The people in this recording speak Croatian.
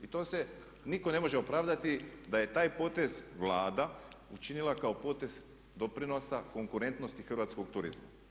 I to se nitko ne može opravdati da je taj potez Vlada učinila kao potez doprinosa konkurentnosti hrvatskog turizma.